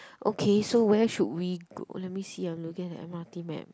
okay so where should we go let me see ah I'm looking at the m_r_t map